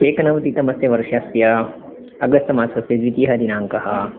एकनवतितमस्य वर्षस्य अगस्तमासस्य द्वितीयः दिनाङ्कः